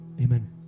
Amen